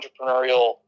entrepreneurial